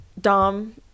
Dom